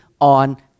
on